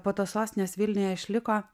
po tos sostinės vilniuje išliko